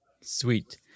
Sweet